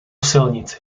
silnici